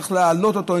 וצריך להעלות אותו.